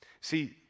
See